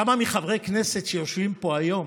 כמה מחברי הכנסת שיושבים פה היום